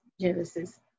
Genesis